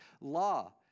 law